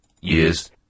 years